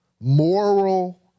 moral